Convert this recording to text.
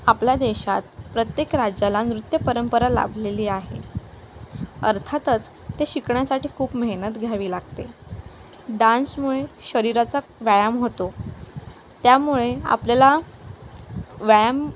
आपल्या देशात प्रत्येक राज्याला नृत्यपरंपरा लाभलेली आहे अर्थातच ते शिकण्यासाठी खूप मेहनत घ्यावी लागते डान्समुळे शरीराचा व्यायाम होतो त्यामुळे आपल्याला व्यायाम